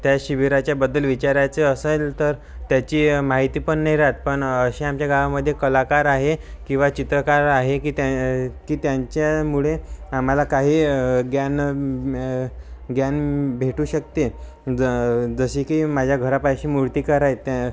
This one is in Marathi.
त्या शिबिराच्याबद्दल विचारायचं असेल तर त्याची माहिती पण नाही राहत पण अशी आमच्या गावामध्ये कलाकार आहे किंवा चित्रकार आहे की त्या की त्यांच्यामुळे आम्हाला काही ज्ञान ज्ञान भेटू शकते ज जसे की माझ्या घरापाशी मूर्तिकार आहेत त्या